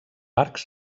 arcs